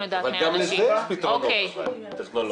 אבל גם לזה יש פתרונות טכנולוגיים.